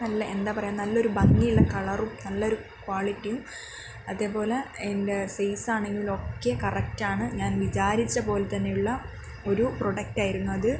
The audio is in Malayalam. നല്ല എന്താ പറയുക നല്ലൊരു ഭംഗിയുള്ള കളറും നല്ലൊരു ക്വാളിറ്റിയും അതേപോലെ അതിൻ്റെ ഫീസാണെങ്കിലൊക്കെ കറക്റ്റാണ് ഞാൻ വിചാരിച്ച പോലെത്തന്നെയുള്ള ഒരു പ്രൊഡക്റ്റ് ആയിരുന്നു അത്